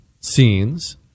scenes